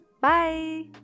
Bye